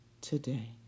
today